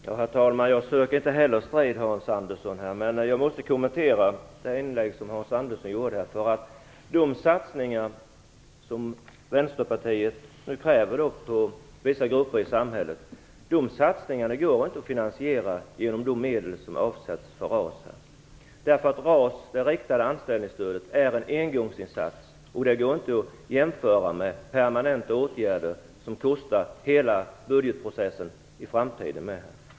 Herr talman! Jag söker inte heller strid, men jag måste ändå kommentera Hans Anderssons inlägg. De satsningar som Vänsterpartiet kräver för vissa grupper i samhället kan inte finansieras genom de medel som avsatts för RAS. Det riktade anställningsstödet är en engångsinsats, och det kan inte jämföras med permanenta åtgärder som även i framtiden belastar budgeten.